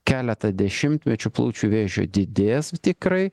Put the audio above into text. keletą dešimtmečių plaučių vėžio didės tikrai